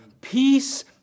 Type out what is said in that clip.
Peace